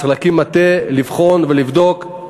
צריך להקים מטה לבחון ולבדוק.